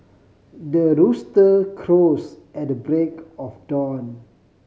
the rooster crows at the break of dawn